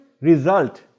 Result